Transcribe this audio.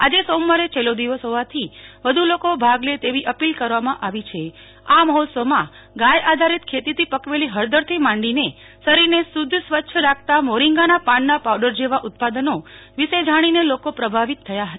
આજે સોમવારે છેલ્લો દિવસ હોવાથી વધુ લોકો ભાગ લે તેવી અપીલ કરવામાં આવી છે આ મહોત્સવમાં ગાય આધારિત ખેતીથી પકવેલી હળદર થી માંડીને શરીરને શુદ્ધ સ્વચ્છ રાખતા મોરીન્ગાના પાનના પાવડર જેવા ઉત્પાદનો વિષે જાણીને લોકો પ્રભાવિત થયા હતા